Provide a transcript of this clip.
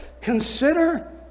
consider